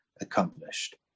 accomplished